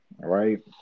Right